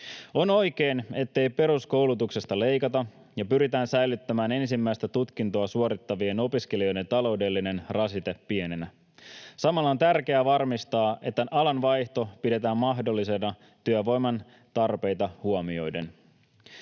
On oikein, ettei peruskoulutuksesta leikata ja pyritään säilyttämään ensimäistä tutkintoa suorittavien opiskelijoiden taloudellinen rasite pienenä. Samalla on tärkeää varmistaa, että alan vaihto pidetään mahdollisena työvoiman tarpeita huomioiden.